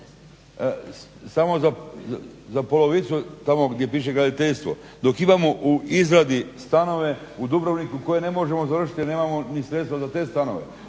samo za polovicu tamo gdje piše graditeljstvo, dok imamo u izradi stanove u Dubrovniku koje ne možemo završiti ni sredstva za te stanove.